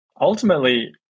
ultimately